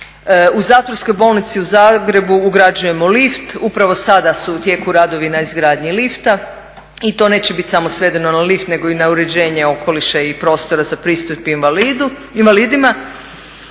U zatvorskoj bolnici u Zagrebu ugrađujemo lift. Upravo sada su u tijeku radovi na izgradnji lifta i to neće biti samo svedeno na lift nego i na uređenje okoliša i prostora za pristup invalidima.